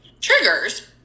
triggers